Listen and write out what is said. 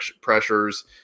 pressures